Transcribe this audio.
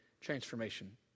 transformation